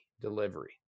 delivery